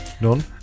None